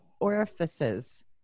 orifices